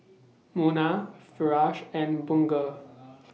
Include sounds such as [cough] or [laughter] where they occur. [noise] Munah Firash and Bunga